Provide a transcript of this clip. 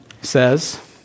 says